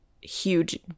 huge